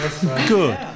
Good